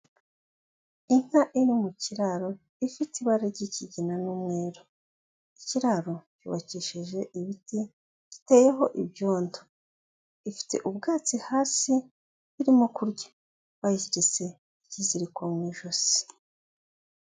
Inka iri mu kiraro ifite ibara ry'ikigina n'umweru, ikiraro cyubakishije ibiti biteho ibyondo, ifite ubwatsi hasi irimo kurya, bayiziritse ikiziriko mu ijosi.